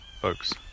folks